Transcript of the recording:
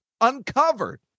uncovered